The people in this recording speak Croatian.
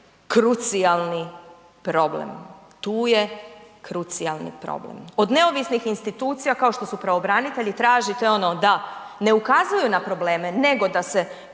tu je krucijalni problem, tu je krucijalni problem. Od neovisnih institucija kao što su pravobranitelji tražite ono da ne ukazuju na probleme nego da se